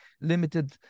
limited